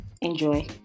enjoy